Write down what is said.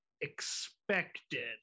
expected